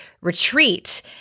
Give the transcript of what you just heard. Retreat